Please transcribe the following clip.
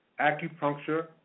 acupuncture